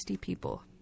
people